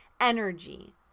energy